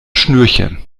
schnürchen